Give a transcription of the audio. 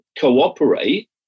cooperate